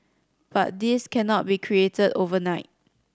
but this cannot be created overnight